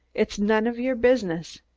it's none of your business.